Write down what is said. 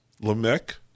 lamech